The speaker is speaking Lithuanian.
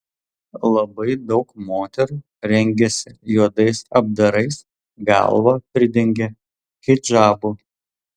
labai daug moterų rengiasi juodais apdarais galvą pridengia hidžabu